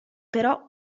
però